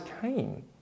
came